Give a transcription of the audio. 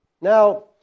Now